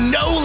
no